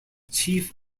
chief